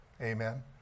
Amen